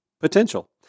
potential